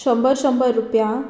शंबर शंबर रुपया